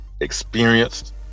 Experienced